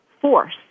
force